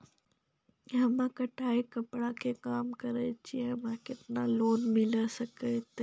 हम्मे कढ़ाई कपड़ा के काम करे छियै, हमरा केतना लोन मिले सकते?